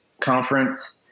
conference